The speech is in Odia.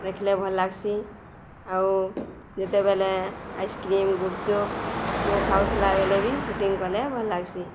ଦେଖିଲେ ଭଲ୍ ଲାଗ୍ସି ଆଉ ଯେତେବେଲେ ଆଇସ୍କ୍ରିମ୍ ଗୁପଚୁପ୍ ସବୁ ଖାଉଥିଲା ବେଲେ ବି ସୁଟିଂ କଲେ ଭଲ ଲାଗ୍ସି